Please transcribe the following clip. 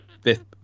fifth